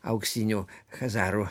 auksinių chazarų